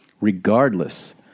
regardless